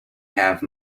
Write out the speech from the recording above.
have